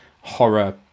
horror